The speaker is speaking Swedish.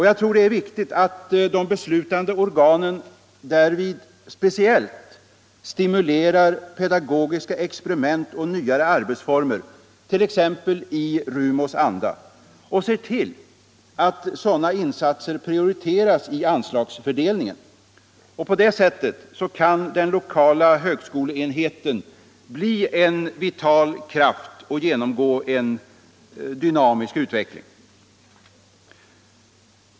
Jag tror det är viktigt att de beslutande organen därvid speciellt stimulerar pedagogiska experiment och nyare arbetsformer, t.ex. i RUMO:s anda, och ser till att sådana insatser prioriteras i anslagsfördelningen. På det sättet kan den lokala högskoleenheten bli en vital kraft och genomgå en dynamisk utveckling.